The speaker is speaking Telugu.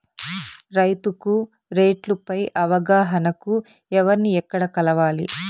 రైతుకు రేట్లు పై అవగాహనకు ఎవర్ని ఎక్కడ కలవాలి?